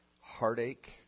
heartache